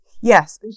Yes